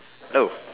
hello